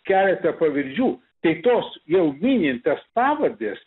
keletą pavyzdžių tai tos jau minint tas pavardes